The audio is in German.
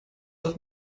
auf